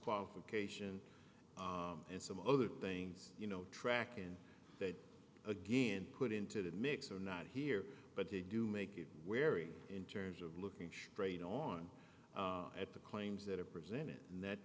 disqualification and some other things you know track and again put into the mix or not here but they do make it wary in terms of looking straight on at the claims that are presented and that